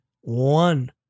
one